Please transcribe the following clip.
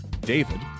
David